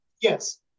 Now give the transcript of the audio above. Yes